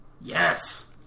Yes